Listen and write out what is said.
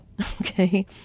Okay